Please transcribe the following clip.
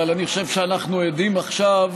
אבל אני חושב שאנחנו עדים עכשיו